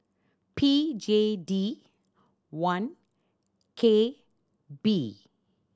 P J D one K B